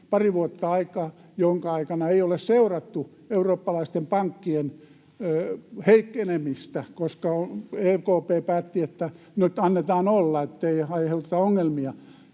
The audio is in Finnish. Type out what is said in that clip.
pari vuotta aikaa, jonka aikana ei ole seurattu eurooppalaisten pankkien heikkenemistä, koska EKP päätti, että nyt annetaan olla, ettei aiheuteta ongelmia.